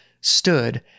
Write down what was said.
Stood